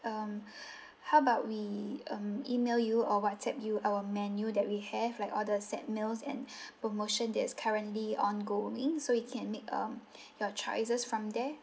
um how about we um email you or whatsapp you our menu that we have like all the set meals and promotion that's currently ongoing so you can make um your choices from there